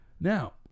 Now